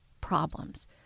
problems